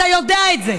אתה יודע את זה.